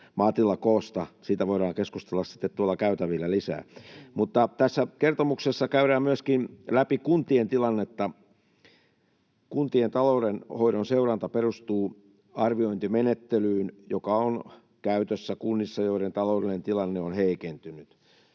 maatilakoosta. Siitä voidaan keskustella sitten tuolla käytävillä lisää. Tässä kertomuksessa käydään myöskin läpi kuntien tilannetta. Kuntien taloudenhoidon seuranta perustuu arviointimenettelyyn, joka on käytössä kunnissa, joiden taloudellinen tilanne on heikentynyt.